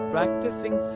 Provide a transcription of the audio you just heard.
Practicing